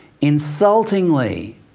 Insultingly